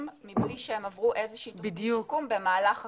בלי שהם עברו תוכנית שיקום במהלך הכליאה.